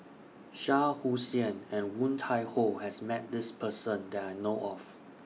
Shah Hussain and Woon Tai Ho has Met This Person that I know of